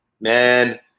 Man